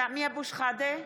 סמי אבו שחאדה,